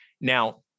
now